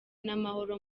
n’amahoro